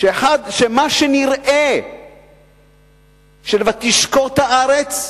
שמה שנראה "ותשקוט הארץ",